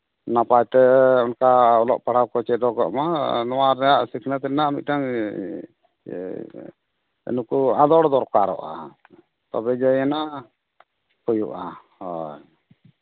ᱱᱟᱯᱟᱭ ᱛᱮ ᱚᱱᱠᱟ ᱚᱞᱚᱜ ᱯᱟᱲᱦᱟᱜ ᱠᱚ ᱪᱮᱫᱚᱜᱚᱜ ᱢᱟ ᱱᱚᱣᱟ ᱨᱮᱱᱟᱜ ᱥᱤᱠᱷᱱᱟᱹᱛ ᱨᱮᱱᱟᱜ ᱢᱤᱫᱴᱟᱱ ᱱᱩᱠᱩ ᱟᱸᱫᱳᱲ ᱫᱚᱨᱠᱟᱨᱚᱜᱼᱟ ᱛᱚᱵᱮ ᱦᱟᱸᱜ ᱦᱩᱭᱩᱜᱼᱟ ᱦᱳᱭ